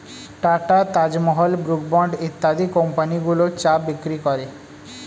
tata, Taj Mahal, Brooke Bond ইত্যাদি কোম্পানিগুলো চা বিক্রি করে